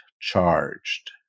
charged